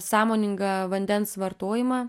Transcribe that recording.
sąmoningą vandens vartojimą